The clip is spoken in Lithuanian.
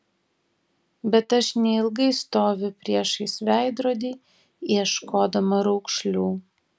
bet aš neilgai stoviu priešais veidrodį ieškodama raukšlių